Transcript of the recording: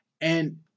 And-